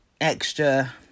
extra